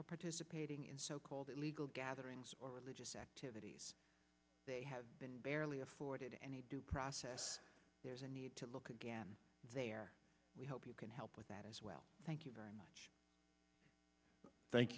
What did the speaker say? or participating in so called illegal gatherings or religious activities they have been barely afford any due process there's a need to look again there we hope you can help with that as well thank you very much thank